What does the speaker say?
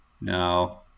no